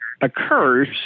occurs